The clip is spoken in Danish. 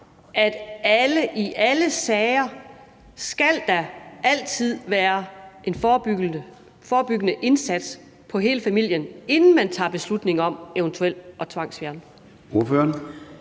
der altid i alle sager skal være en forebyggende indsats på hele familien, inden man tager beslutning om eventuelt at tvangsfjerne.